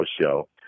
show